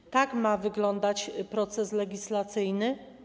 Czy tak ma wyglądać proces legislacyjny?